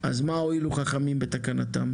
אז מה הואילו חכמים בתקנתם?